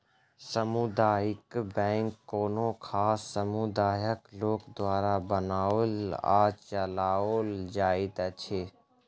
सामुदायिक बैंक कोनो खास समुदायक लोक द्वारा बनाओल आ चलाओल जाइत अछि